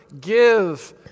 Give